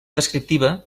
descriptiva